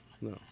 No